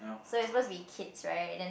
so you're supposed to be kids right and then